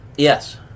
Yes